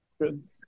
Good